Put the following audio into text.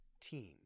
team